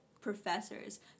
professors